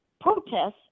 protests